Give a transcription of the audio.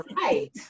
right